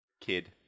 Kid